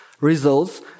results